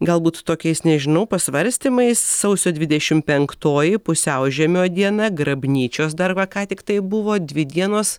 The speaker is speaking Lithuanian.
galbūt tokiais nežinau pasvarstymais sausio dvidešimt penktoji pusiaužiemio diena grabnyčios dar va ką tik tai buvo dvi dienos